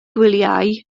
gwyliau